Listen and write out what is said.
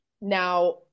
now